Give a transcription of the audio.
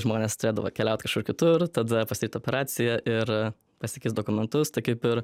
žmonės turėdavo keliaut kažkur kitur tada pasidaryt operaciją ir pasikeist dokumentus kaip ir